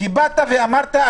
כי באת ואמרת,